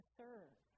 serve